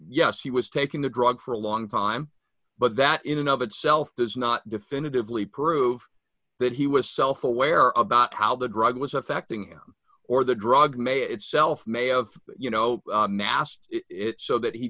yes he was taking the drug for a long time but that in and of itself does not definitively prove that he was self aware about how the drug was affecting him or the drug may itself may have you know massed it so that he